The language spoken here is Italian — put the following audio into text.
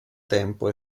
tempo